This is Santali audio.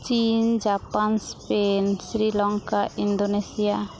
ᱪᱤᱱ ᱡᱟᱯᱟᱱ ᱮᱥᱯᱮᱱ ᱥᱤᱨᱤᱞᱚᱝᱠᱟ ᱤᱱᱫᱳᱱᱮᱥᱤᱭᱟ